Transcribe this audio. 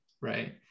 right